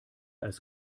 als